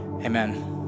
amen